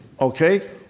okay